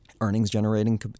earnings-generating